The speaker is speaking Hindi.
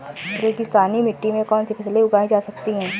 रेगिस्तानी मिट्टी में कौनसी फसलें उगाई जा सकती हैं?